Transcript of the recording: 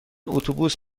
اتوبوس